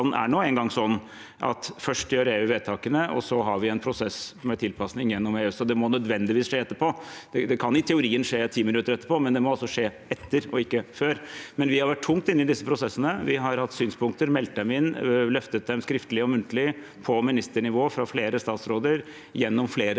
EØS-avtalen sånn at først gjør EU vedtakene, og så har vi en prosess med tilpasning gjennom EØS – og det må nødvendigvis skje etterpå. Det kan i teorien skje 10 minutter etterpå, men det må altså skje etter og ikke før. Vi har vært tungt inne i disse prosessene. Vi har hatt synspunkter, meldt dem inn, løftet dem fram skriftlig og muntlig på ministernivå fra flere statsråder gjennom flere